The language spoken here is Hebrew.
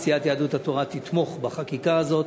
סיעת יהדות התורה תתמוך בחקיקה הזאת,